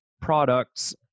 product's